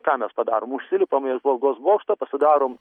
ką mes padarom užsilipam į apžvalgos bokštą pasidarom